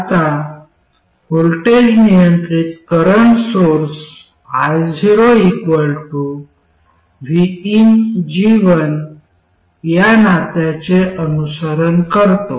आता व्होल्टेज नियंत्रित current source io vinG1 या नात्याचे अनुसरण करतो